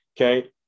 okay